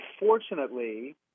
unfortunately